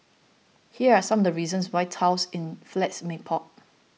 here are some the reasons why tiles in flats may pop